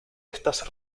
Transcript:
estas